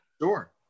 sure